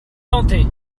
tenter